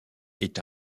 est